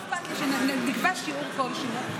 לא אכפת לי שנקבע שיעור כלשהו,